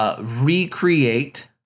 Recreate